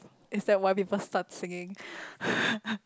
is that why people start singing